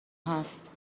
هست